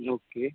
okay